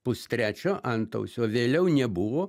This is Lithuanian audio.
pustrečio antausio vėliau nebuvo